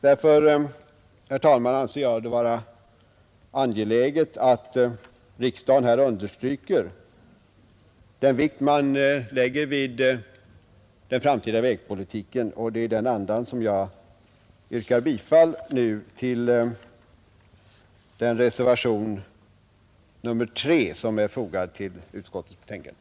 Därför, herr talman, anser jag det vara angeläget att riksdagen här understryker den vikt vi lägger vid den framtida vägpolitiken. Det är i den andan jag nu yrkar bifall till reservationen 3, som är fogad vid utskottets betänkande.